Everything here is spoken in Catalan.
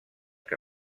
que